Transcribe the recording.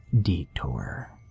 detour